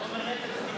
חומר נפץ תקני?